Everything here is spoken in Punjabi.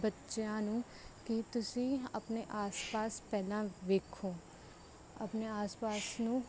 ਬੱਚਿਆਂ ਨੂੰ ਕਿ ਤੁਸੀਂ ਆਪਣੇ ਆਸ ਪਾਸ ਪਹਿਲਾਂ ਵੇਖੋ ਆਪਣੇ ਆਸ ਪਾਸ ਨੂੰ